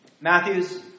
Matthew's